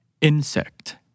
Insect